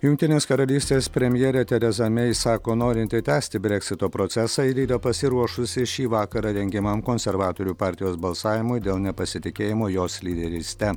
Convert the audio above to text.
jungtinės karalystės premjerė tereza mei sako norinti tęsti breksito procesą ir yra pasiruošusi šį vakarą rengiamam konservatorių partijos balsavimui dėl nepasitikėjimo jos lyderyste